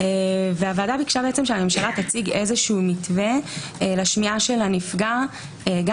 הוועד ביקשה שהממשלה תציג מתווה לשמיעת הנפגע גם